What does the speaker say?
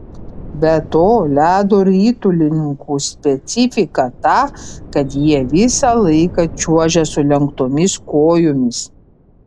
be to ledo ritulininkų specifika ta kad jie visą laiką čiuožia sulenktomis kojomis